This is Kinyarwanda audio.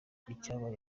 icyabaye